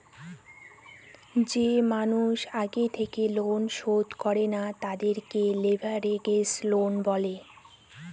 যে মানুষের আগে থেকে লোন শোধ করে না, তাদেরকে লেভেরাগেজ লোন বলে